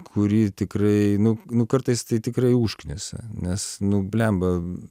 kurį tikrai nu nu kartais tai tikrai užknisa nes nu blemba